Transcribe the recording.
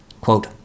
Quote